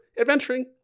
adventuring